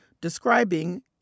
describing